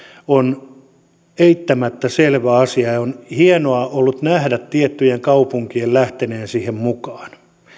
on eittämättä selvä asia ja on ollut hienoa nähdä tiettyjen kaupunkien lähteneen siihen mukaan